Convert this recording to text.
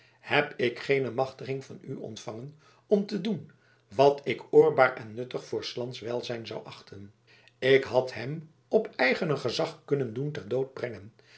heb ik geene machtiging van u ontvangen om te doen wat ik oorbaar en nuttig voor s lands welzijn zou achten ik had hem op eigener gezag kunnen doen ter dood brengen